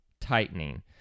tightening